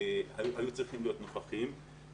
והם היו צריכים להיות נוכחים בישיבה הזאת.